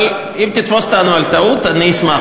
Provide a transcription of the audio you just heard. אבל אם תתפוס אותנו בטעות, אני אשמח.